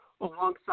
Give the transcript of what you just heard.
alongside